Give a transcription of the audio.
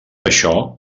això